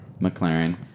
McLaren